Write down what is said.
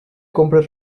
compres